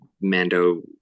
Mando